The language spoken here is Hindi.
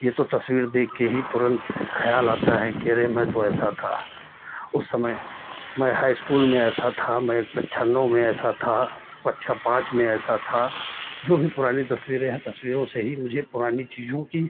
ये तो तस्वीर देख के ही तुरंत खयाल आता है कि अरे मैं तो ऐसा था उस समय मैं हाई इस्कूल में ऐसा था मैं कक्षा नौ में ऐसा था कक्षा पाँच में ऐसा था जो भी पुरानी तस्वीरें हैं तस्वीरों से ही मुझे पुरानी चीज़ों की